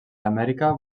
amèrica